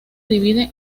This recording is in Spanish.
divide